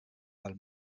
pel